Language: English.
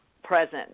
present